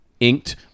inked